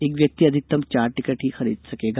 एक व्यक्ति अधिकतम चार टिकट ही खरीद सकेगा